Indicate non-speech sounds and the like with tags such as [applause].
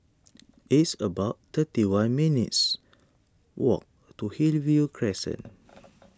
it's about thirty one minutes' walk to Hillview Crescent [noise]